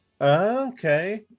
okay